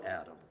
Adam